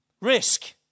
Risk